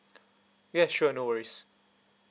ya sure no worries